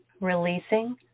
releasing